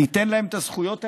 ניתן להם את הזכויות האלה,